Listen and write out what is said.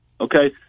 okay